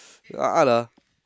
art art ah